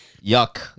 yuck